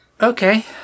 Okay